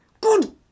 Good